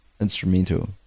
instrumental